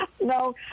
No